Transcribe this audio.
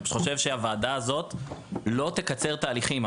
אני פשוט חושב שהוועדה הזאת לא תקצר תהליכים.